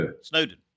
Snowden